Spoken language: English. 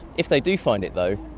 if they do find it though,